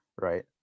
right